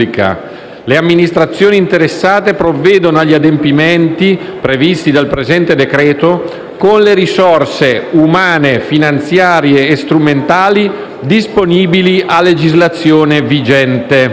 Le amministrazioni interessate provvedono agli adempimenti previsti dal presente decreto con le risorse umane, finanziarie e strumentali disponibili a legislazione vigente».